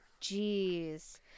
Jeez